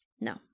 No